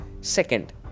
second